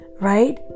right